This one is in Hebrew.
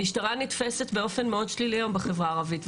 המשטרה נתפסת באופן מאוד שלילי היום בחברה הישראלית,